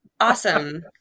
awesome